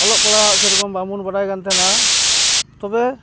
ᱚᱞᱚᱜ ᱯᱟᱲᱦᱟᱜ ᱥᱮᱨᱚᱠᱚᱢ ᱵᱟᱵᱚᱱ ᱵᱟᱰᱟᱭ ᱠᱟᱱ ᱛᱟᱦᱮᱱᱟ ᱛᱚᱵᱮ